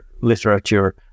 literature